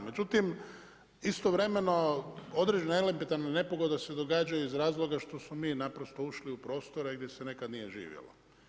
Međutim, istovremeno određene elementarne nepogode se događaju iz razloga što smo mi naprosto ušli u prostore gdje se nekad nije živjelo.